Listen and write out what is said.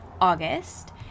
august